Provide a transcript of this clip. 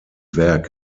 werk